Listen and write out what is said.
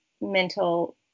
mental